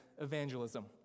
evangelism